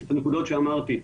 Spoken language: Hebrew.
את הנקודות שאמרתי,